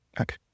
okay